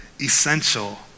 essential